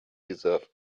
deserve